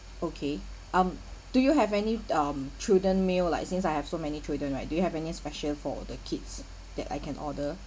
okay um do you have any um children meal like since I have so many children right do you have any special for the kids that I can order